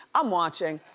i'm watching.